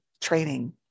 training